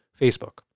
Facebook